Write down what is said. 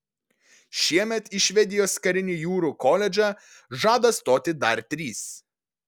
šiemet į švedijos karinį jūrų koledžą žada stoti dar trys